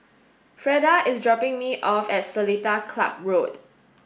Freda is dropping me off at Seletar Club Road